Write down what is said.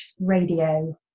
Radio